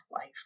life